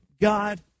God